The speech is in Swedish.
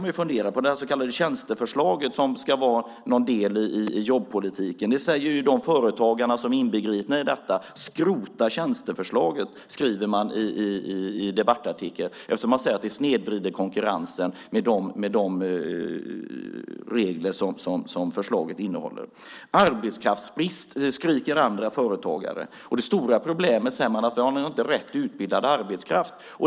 När det gäller det så kallade tjänsteförslaget, som ska vara en del i jobbpolitiken, skriver de företagare som är inbegripna i detta i en debattartikel: Skrota tjänsteförslaget! Man säger att de regler som förslaget innehåller snedvrider konkurrensen. Det är arbetskraftsbrist, skriker andra företagare. Det stora problemet säger de är att de inte har rätt utbildad arbetskraft.